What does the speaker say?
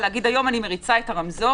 לומר: אני היום מריצה את הרמזור